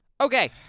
Okay